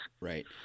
Right